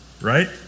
right